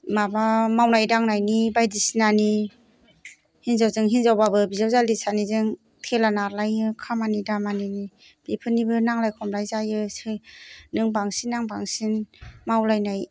माबा मावनाय दांनायनि बायदिसिनानि हिन्जावजों हिन्जावबाबो बिजावजालि सानैजों थेला नारलायो खामानि दामानिनि बेफोरनिबो नांलाय खमलाय जायो सै नों बांसिन आं बांसिन मावलायनाय